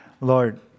Lord